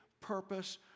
purpose